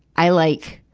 i like,